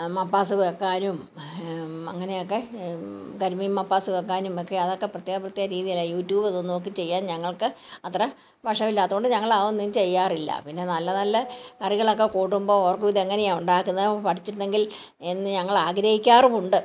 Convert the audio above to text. മപ്പാസ് വെക്കാനും അങ്ങനെയൊക്കെ കരിമീൻ മപ്പാസ് വെക്കാനും ഒക്കെ പ്രത്യേക പ്രത്യേക രീതിയിലാണ് യൂട്യൂബ് ഒന്നും നോക്കി ചെയ്യാൻ ഞങ്ങൾക്ക് അത്ര വശം ഇല്ലാത്തോണ്ട് ഞങ്ങൾ അതൊന്നും ചെയ്യാറില്ല പിന്നെ നല്ല നല്ല കറികളൊക്കെ കൂട്ടുമ്പോൾ ഓർക്കും ഇതെങ്ങനെയാണ് ഉണ്ടാക്കുന്നേ പഠിച്ചിരുന്നെങ്കിൽ എന്ന് ഞങ്ങൾ ആഗ്രഹിക്കറുമുണ്ട്